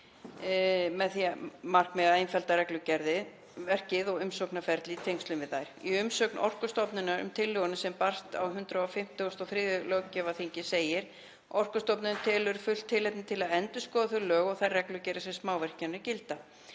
með það að markmiði að einfalda regluverk og umsóknarferli í tengslum við þær. Í umsögn Orkustofnunar um tillöguna sem barst á 153. löggjafarþingi segir: „Orkustofnun telur fullt tilefni til þess að endurskoða þau lög og þær reglur sem um smávirkjanir gilda.